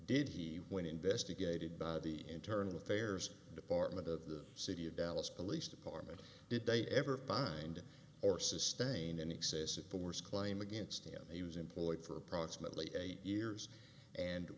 did he when investigated by the internal affairs department of the city of dallas police department did they ever find or sustain an excessive force claim against him he was employed for approximately eight years and